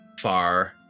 far